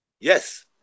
Yes